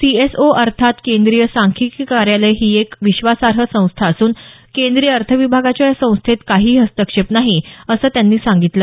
C S O अर्थात केंद्रीय सांख्यिकी कार्यालय ही एक विश्वासार्ह संस्था असून केंद्रीय अर्थ विभागाचा या संस्थेत काहीही हस्तक्षेप नाही असं त्यांनी सांगितलं